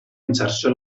inserció